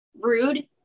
rude